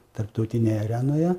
tarptautinėje arenoje